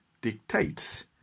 dictates